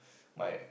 my